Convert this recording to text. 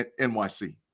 NYC